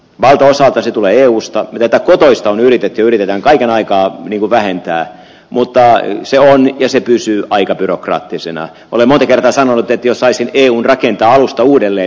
merestä vesi tulee eusta mitä kohteista on ylitetty yritetään kaiken aikaa vähentää mutta yksi on jo se pysyy aika byrokraattisena olemme tekemässä ollut jos saisi eun rakentaa alusta uudelle